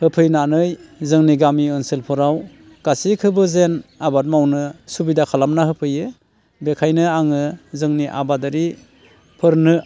होफैनानै जोंनि गामि ओनसोलफोराव गासैखौबो जेन आबाद मावनो सुबिदा खालामना होफैयो बेखायनो आङो जोंनि आबादारिफोरनो